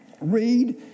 read